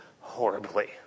horribly